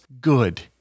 good